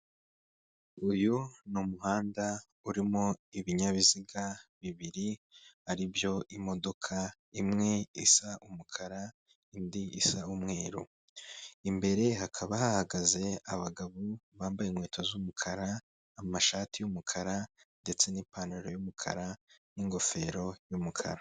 Uyu ni umuhanda urimo ibinyabiziga bibiri aribyo; imodoka imwe isa umukara, indi isa umweru. Imbere hakaba hahagaze abagabo bambaye inkweto z'umukara, amashati y'umukara ndetse n'ipantaro y'umukara n'ingofero y'umukara.